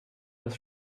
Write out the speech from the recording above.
das